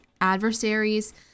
adversaries